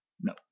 No